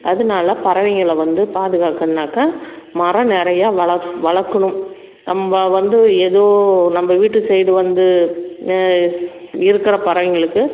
அதனால் பறவைகள வந்து பாதுகாக்கணும்னாக்கா மரம் நிறையா வளக்க வளர்க்கணும் நம்ம வந்து ஏதோ நம்ம வீட்டு சைடு வந்து இருக்கிற பறவைகளுக்கு